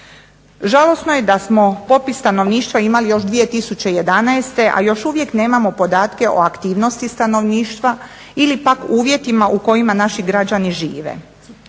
Žalosno je da smo popis stanovništva imali još 2011. a još uvijek nemamo podatke o aktivnosti stanovništva ili pak uvjetima u kojima naši građani žive.